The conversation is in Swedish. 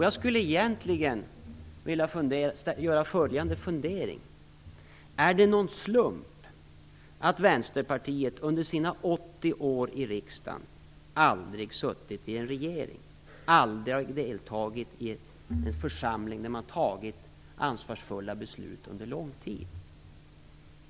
Jag har egentligen följande fundering: Är det någon slump att Vänsterpartiet under sina 80 år i riksdagen aldrig har suttit i en regering, aldrig har deltagit i en församling där man har fattat ansvarsfulla beslut under lång tid?